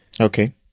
Okay